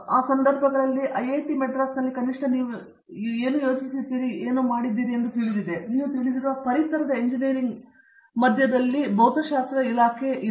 ಆ ಸಂದರ್ಭದಲ್ಲಿ ಐಐಟಿ ಮದ್ರಾಸ್ನಲ್ಲಿ ಕನಿಷ್ಠ ನೀವು ಎಷ್ಟು ಯೋಚಿಸುತ್ತೀರಿ ನಿಮಗೆ ತಿಳಿದಿರುವ ಪರಿಸರದ ಎಂಜಿನಿಯರಿಂಗ್ ಮಧ್ಯದಲ್ಲಿ ಭೌತಶಾಸ್ತ್ರ ಇಲಾಖೆ ಇದೆ